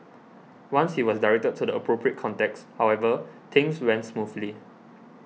once he was directed to the appropriate contacts however things went smoothly